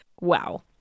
Wow